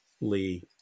Lee